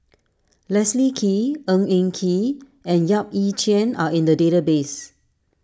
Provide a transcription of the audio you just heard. Leslie Kee Ng Eng Kee and Yap Ee Chian are in the database